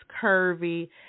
curvy